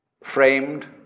framed